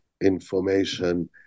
information